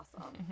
Awesome